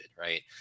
right